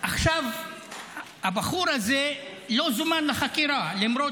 עכשיו הבחור הזה לא זומן לחקירה למרות